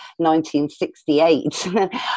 1968